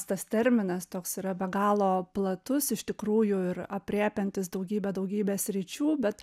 tas terminas toks yra be galo platus iš tikrųjų ir aprėpiantis daugybę daugybę sričių bet